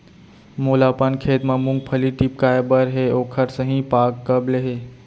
मोला अपन खेत म मूंगफली टिपकाय बर हे ओखर सही पाग कब ले हे?